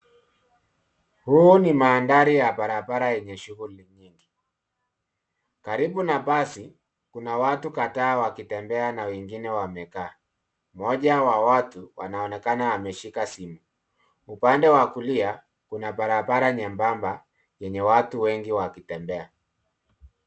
Hii ni maadari ya barabara yenye shughuli, karibu na basi kuna watu kadhaa wakitembea na wengine wamekaa, mmoja wa watu anaonekana ameshika simu. Upande wa kulia kuna barabara nyembamba yenye watu wengi wanakutembea.